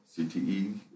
CTE